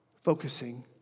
focusing